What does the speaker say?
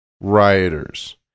rioters